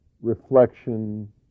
reflection